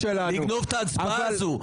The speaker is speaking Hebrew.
רציתם לגנוב את ההצבעה הזו.